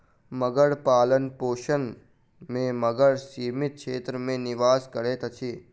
मगर पालनपोषण में मगर सीमित क्षेत्र में निवास करैत अछि